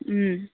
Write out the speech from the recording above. ꯎꯝ